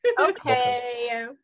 Okay